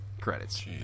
credits